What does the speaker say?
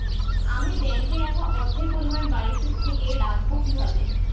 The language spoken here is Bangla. আমি ব্যাঙ্কে রাখা অর্থের পরিমাণ বাড়িতে থেকে দেখব কীভাবে?